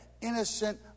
innocent